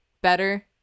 better